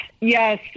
yes